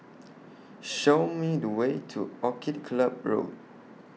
Show Me The Way to Orchid Club Road